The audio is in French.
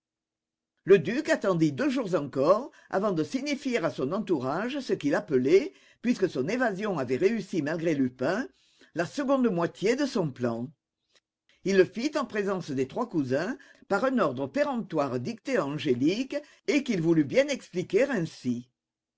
le duc attendit deux jours encore avant de signifier à son entourage ce qu'il appelait puisque son évasion avait réussi malgré lupin la seconde moitié de son plan il le fit en présence des trois cousins par un ordre péremptoire dicté à angélique et qu'il voulut bien expliquer ainsi